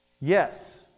Yes